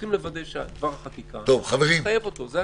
צריכים לוודא שדבר החקיקה יחייב אותו, זה הכול.